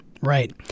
right